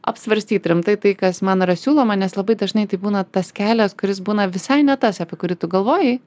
apsvarstyt rimtai tai kas man yra siūloma nes labai dažnai tai būna tas kelias kuris būna visai ne tas apie kurį tu galvojai